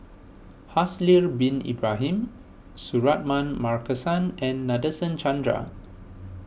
Haslir Bin Ibrahim Suratman Markasan and Nadasen Chandra